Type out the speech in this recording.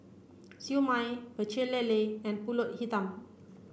Siew Mai Pecel Lele and Pulut Hitam